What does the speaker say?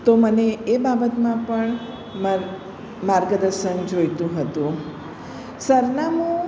તો મને એ બાબતમાં પણ મર્ગ માર્ગદર્શન જોઈતું હતું સરનામું